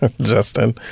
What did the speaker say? Justin